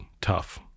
tough